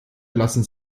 lassen